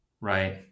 Right